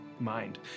mind